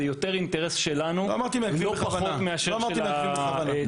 זה אינטרס שלנו לא פחות מאינטרס של הציבור.